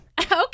Okay